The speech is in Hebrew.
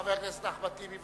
חבר הכנסת אחמד טיבי,